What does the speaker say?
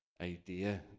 idea